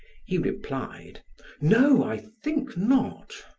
he replied no, i think not.